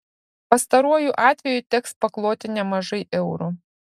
pastaruoju atveju teks pakloti nemažai eurų